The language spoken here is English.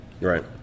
Right